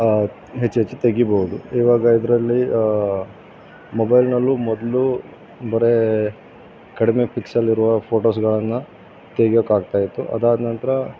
ಹೆಚ್ಚು ಹೆಚ್ಚು ತೆಗೀಬೌದು ಇವಾಗ ಇದರಲ್ಲಿ ಮೊಬೈಲ್ನಲ್ಲೂ ಮೊದಲು ಬರೀ ಕಡಿಮೆ ಪಿಕ್ಸಲ್ ಇರುವ ಫೋಟೋಸ್ಗಳನ್ನು ತೆಗೆಯೋಕಾಗ್ತಾಯಿತ್ತು ಅದಾದ ನಂತರ